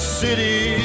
city